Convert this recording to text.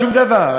שום דבר.